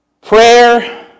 Prayer